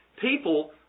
people